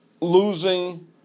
losing